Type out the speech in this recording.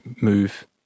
move